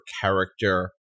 character